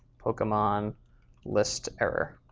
pokemon list error.